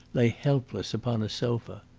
lay helpless upon a sofa.